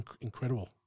Incredible